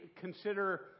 consider